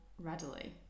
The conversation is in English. readily